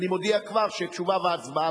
אני מודיע כבר שתשובה והצבעה,